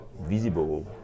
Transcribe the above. visible